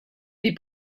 die